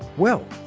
well,